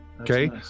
Okay